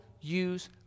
use